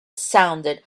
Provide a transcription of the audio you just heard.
sounded